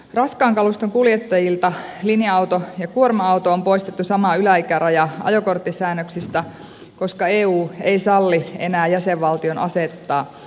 raskaan kaluston linja auton ja kuorma auton kuljettajilta on poistettu sama yläikäraja ajokorttisäännöksistä koska eu ei salli enää jäsenvaltion asettaa sellaisia